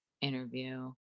interview